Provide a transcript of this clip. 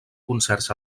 concerts